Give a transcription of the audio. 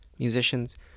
Musicians